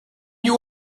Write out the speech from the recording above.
you